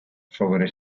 sobre